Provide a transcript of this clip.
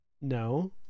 No